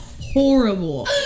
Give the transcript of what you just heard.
horrible